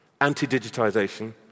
anti-digitization